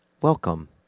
Welcome